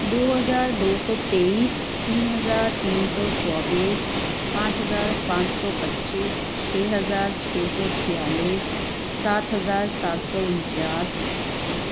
دو ہزار دو سو تیئیس تین ہزار تین سو چوبیس پانچ ہزار پانچ سو پچیس چھ ہزار چھ سو چھیالیس سات ہزار سات سو انچاس